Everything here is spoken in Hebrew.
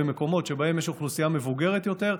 במקומות שבהם יש האוכלוסייה מבוגרת יותר,